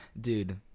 dude